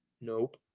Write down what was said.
Nope